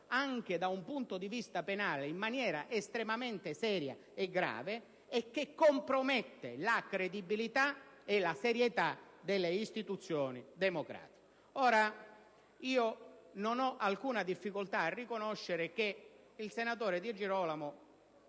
anche da un punto di vista penale, in maniera estremamente seria e grave, e tale da compromettere la credibilità e la serietà delle istituzioni democratiche. Non ho alcuna difficoltà a riconoscere che il senatore Di Girolamo